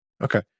Okay